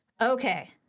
Okay